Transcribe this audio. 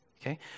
Okay